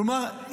כלומר,